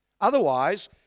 otherwise